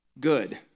good